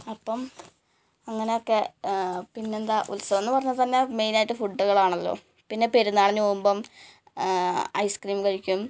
അപ്പം അങ്ങനെ ഒക്കെ പിന്നെ എന്താണ് ഉൽസവം എന്ന് പറഞ്ഞാൽ തന്നെ മെയിനായിട്ട് ഫുഡ്ഡ്കളാണല്ലോ പിന്നെ പെരുന്നാളിന് പോവുമ്പം ഐസ് ക്രീം കഴിക്കും